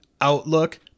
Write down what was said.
Outlook